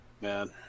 man